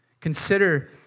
Consider